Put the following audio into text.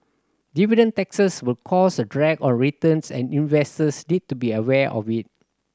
dividend taxes will cause a drag on returns and investors need to be aware of it